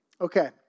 Okay